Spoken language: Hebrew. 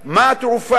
מה התרופה?